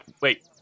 wait